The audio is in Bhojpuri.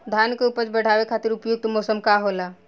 धान के उपज बढ़ावे खातिर उपयुक्त मौसम का होला?